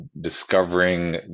discovering